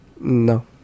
no